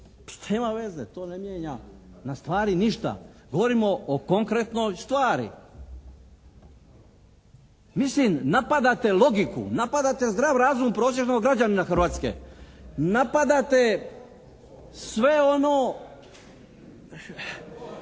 ima veze? To ne mijenja na stvari ništa. Govorimo o konkretnoj stvari. Mislim napadate logiku, napadate zdrav razum prosječnog građanina Hrvatske. Napadate sve ono